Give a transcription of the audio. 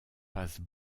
passe